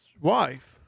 wife